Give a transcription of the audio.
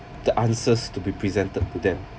the answers to be presented to them